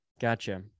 Gotcha